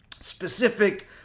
specific